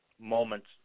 moments